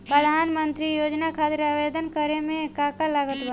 प्रधानमंत्री योजना खातिर आवेदन करे मे का का लागत बा?